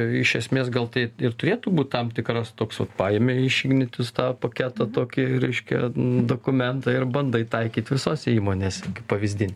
iš esmės gal tai ir turėtų būt tam tikras toks vat paėmei iš ignitis tą paketą tokį reiškia dokumentą ir bandai taikyt visose įmonėse kaip pavyzdinį